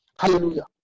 Hallelujah